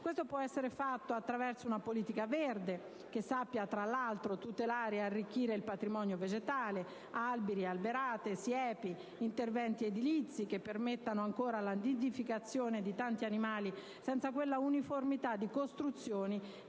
Ciò può essere fatto attraverso una politica verde che sappia, tra l'altro, tutelare e arricchire il patrimonio vegetale (alberi, alberate, siepi), con interventi edilizi che permettano ancora la nidificazione di tanti animali senza quella uniformità di costruzioni